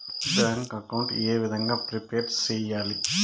Bank account ఏ విధంగా prepare సెయ్యాలి?